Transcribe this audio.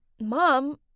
Mom